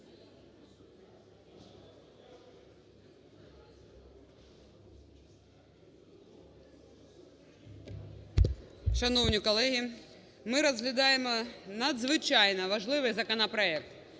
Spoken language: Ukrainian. Шановні колеги, ми розглядаємо надзвичайно важливий законопроект,